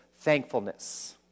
thankfulness